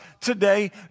today